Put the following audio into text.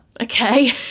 okay